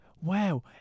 Wow